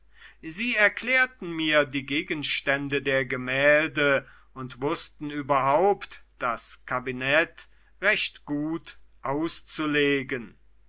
sie erklärten mir die gegenstände der gemälde und wußten überhaupt das kabinett recht gut auszulegen